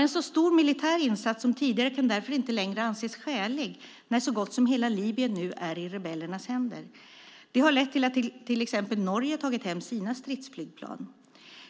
En så stor militär insats som tidigare kan därför inte längre anses skälig när så gott som hela Libyen nu är i rebellernas händer. Det har lett till att till exempel Norge tagit hem sina stridsflygplan.